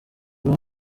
muri